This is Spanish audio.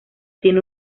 tiene